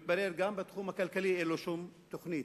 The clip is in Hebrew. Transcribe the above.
מתברר שגם בתחום הכלכלי אין לו שום תוכנית.